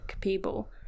people